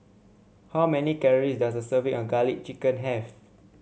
how many calories does a serving of garlic chicken have